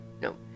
No